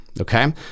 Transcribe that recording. okay